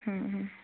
হুম হুম